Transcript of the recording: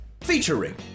Featuring